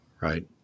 Right